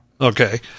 okay